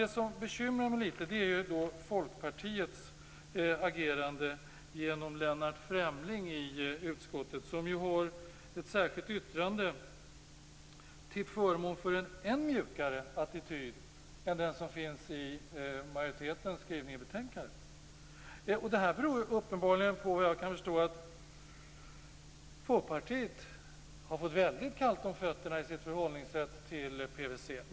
Det som bekymrar mig litet är Folkpartiets agerande i utskottet genom Lennart Fremling, som har ett särskilt yttrande till förmån för en än mjukare attityd än den som finns i majoritetens skrivning i betänkandet. Det beror uppenbarligen, såvitt jag kan förstå, på att Folkpartiet har fått väldigt kallt om fötterna i sitt förhållningssätt till PVC.